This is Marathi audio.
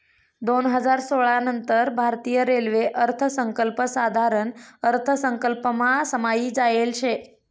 दोन हजार सोळा नंतर भारतीय रेल्वे अर्थसंकल्प साधारण अर्थसंकल्पमा समायी जायेल शे